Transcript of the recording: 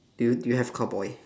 do you do you have car boy